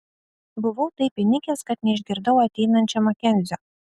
buvau taip įnikęs kad neišgirdau ateinančio makenzio